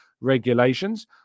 regulations